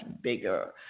bigger